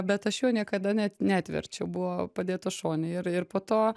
bet aš jų niekada net neatverčiau buvo padėta šone ir ir po to